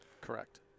Correct